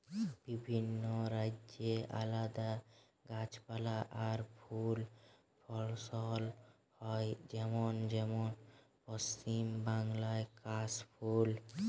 বিভিন্ন রাজ্যে আলদা গাছপালা আর ফুল ফসল হয় যেমন যেমন পশ্চিম বাংলায় কাশ ফুল